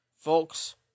Folks